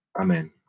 Amen